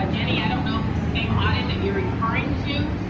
ah ginny, i don't know if it's the same audit that you're referring to,